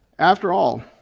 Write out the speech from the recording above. after all,